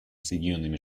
соединенными